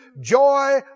joy